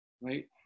Right